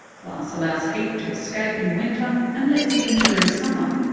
glass allows heat to escape in winter and lets it in during summer.